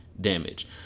damage